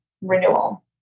renewal